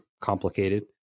complicated